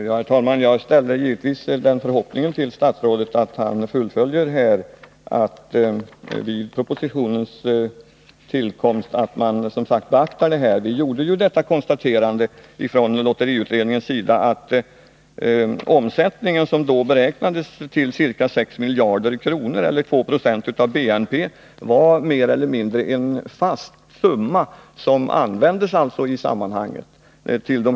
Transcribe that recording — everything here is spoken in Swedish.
Kriget mellan Irak och Iran har som alla andra krig satt fart på vapenaffärerna. Vapentillverkare och vapenhandlare över hela världen, förmodligen också i Sverige, gnuggar redan händerna inför utsikterna om nya, lysande affärer. Tyvärr brukar också den svenska vapenexporten på ett eller annat sätt komma i blickpunkten vid sådana här tillfällen. Så också denna gång. Enligt pressuppgifter har Libyen utlovat aktivt stöd till en av de stridande parterna, Iran.